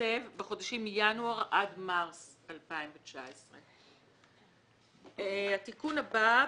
בחודשים ינואר עד מרס 2019. התיקון הבא,